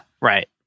right